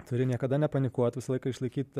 turi niekada nepanikuot visą laiką išlaikyt